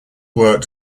worked